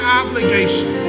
obligation